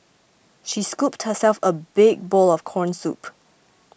she scooped herself a big bowl of Corn Soup